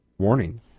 Warning